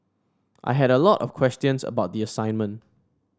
I had a lot of questions about the assignment